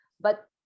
But-